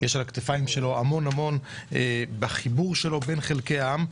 יש על הכתפיים שלו המון המון בחיבור שלו בין חלקי העם.